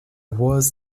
was